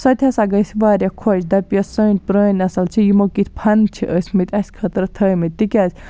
سۄ تہِ ہسا گَژھِ واریاہ خۄش دپہِ یۄس سٲنۍ پرٛٲنۍ نسٕل چھِ یِمو کِتھ فن چھِ ٲسۍ مٕتۍ اسہِ خٲطرٕ تھٲیمٕتۍ تِکیاز